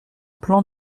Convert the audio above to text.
plan